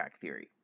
theory